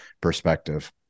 perspective